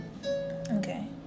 okay